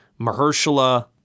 Mahershala